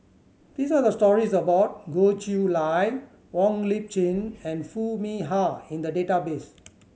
these are the stories about Goh Chiew Lye Wong Lip Chin and Foo Mee Har in the database